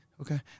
okay